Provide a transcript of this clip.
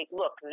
look